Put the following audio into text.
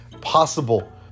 possible